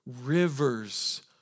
rivers